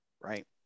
Right